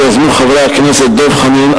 שיזמו חברי הכנסת דב חנין,